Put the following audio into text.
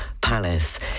Palace